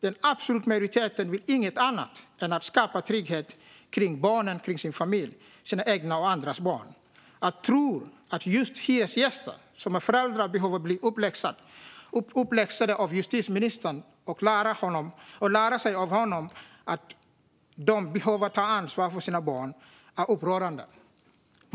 Den absoluta majoriteten vill inget annat än att skapa trygghet för sina barn och sin familj - egna och andras barn. Att tro att just hyresgäster som är föräldrar behöver bli uppläxade av justitieministern och lära sig av honom att de behöver ta ansvar för sina barn är upprörande.